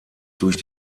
durch